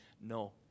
No